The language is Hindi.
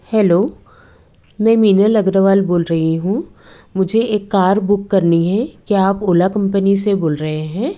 हैलो मैं मीनल अग्रवाल बोल रही हूँ मुझे एक कार बुक करनी हे क्या आप ओला कंपनी से बोल रहे हैं